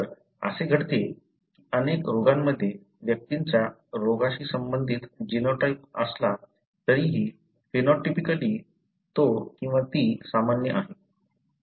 तर असे घडते की अनेक रोगांमध्ये व्यक्तींचा रोगाशी संबंधित जीनोटाइप असला तरीही फेनॉटिपिकली तो किंवा ती सामान्य आहे